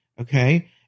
okay